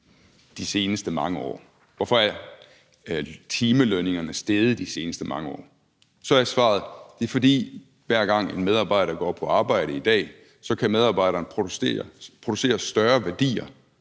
de seneste mange år, hvorfor timelønningerne er steget de seneste mange år, så er svaret, at det er, fordi hver gang en medarbejder går på arbejde i dag, så kan medarbejderen producere større værdier